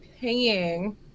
paying